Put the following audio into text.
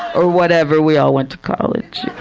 or whatever, we all went to college.